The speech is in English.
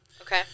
Okay